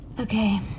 Okay